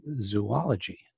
zoology